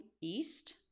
east